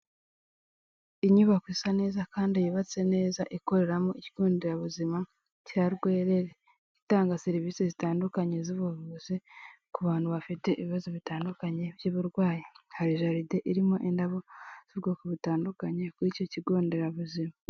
Inyubako isa neza kandi yubatse neza ikoreramo ikigonderabuzima cya Rwerere. Itanga serivisi zitandukanye z'ubuvuzi ku bantu bafite ibibazo bitandukanye by'uburwayi. Hari jaride irimo indabo z'ubwoko butandukanye kuri icyo kigonderabuzima.